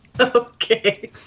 Okay